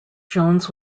jones